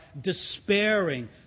despairing